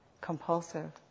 compulsive